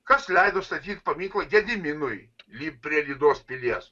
kas leido statyt paminklą gediminui lyg prie lydos pilies